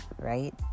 right